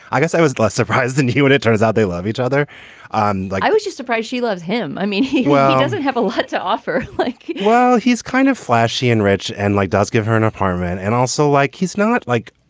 i guess i was less surprised than he would. it turns out they love each other um like i was you surprise. she loves him. i mean, he doesn't have a lot to offer well, he's kind of flashy and rich and like does give her an apartment. and also, like, he's not, like,